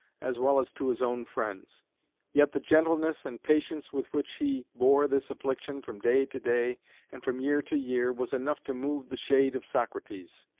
as well as to his own friends yet the gentleness and patience with which he bore this affliction from day to day and from year to year was enough to move the shade of socrates.